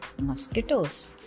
mosquitoes